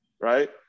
Right